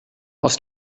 els